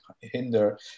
hinder